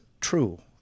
true